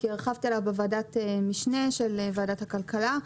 כי הרחבתי עליו בוועדת משנה של ועדת הכלכלה,